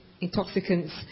intoxicants